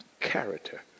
Character